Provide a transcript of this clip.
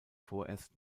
vorerst